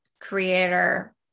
creator